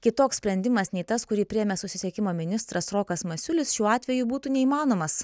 kitoks sprendimas nei tas kurį priėmė susisiekimo ministras rokas masiulis šiuo atveju būtų neįmanomas